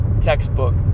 textbook